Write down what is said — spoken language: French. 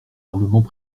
armements